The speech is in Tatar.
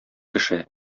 кеше